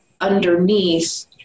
underneath